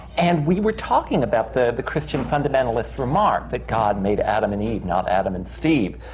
and we were talking about the the christian fundamentalist remark, that god made adam and eve, not adam and steve,